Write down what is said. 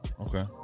Okay